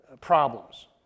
problems